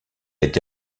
été